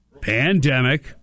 pandemic